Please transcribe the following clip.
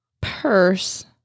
purse